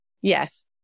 yes